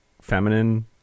feminine